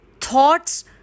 thoughts